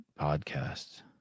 podcasts